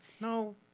No